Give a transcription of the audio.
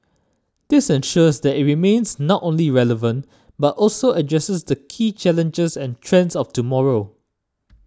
this ensures that it remains not only relevant but also addresses the key challenges and trends of tomorrow